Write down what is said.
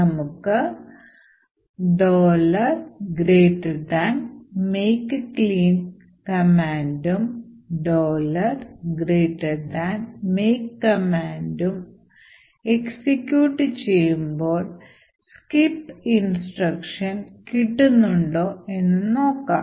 നമുക്ക് " make clean" command ഉം " make" command ഉം എക്സിക്യൂട്ട് ചെയ്യുമ്പോൾ സ്കിപ്പ് ഇൻസ്ട്രക്ഷൻ കിട്ടുന്നുണ്ടോ എന്ന് നോക്കാം